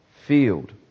field